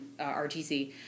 RTC